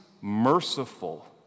merciful